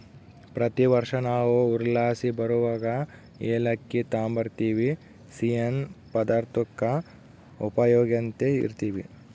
ಪ್ರತಿ ವರ್ಷ ನಾವು ಊರ್ಲಾಸಿ ಬರುವಗ ಏಲಕ್ಕಿ ತಾಂಬರ್ತಿವಿ, ಸಿಯ್ಯನ್ ಪದಾರ್ತುಕ್ಕ ಉಪಯೋಗ್ಸ್ಯಂತ ಇರ್ತೀವಿ